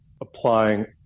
applying